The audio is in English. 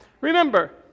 Remember